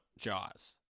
jaws